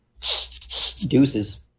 Deuces